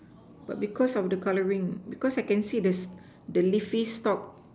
but because of the colouring because I can see the leafy stalk